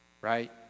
right